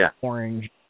orange